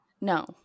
no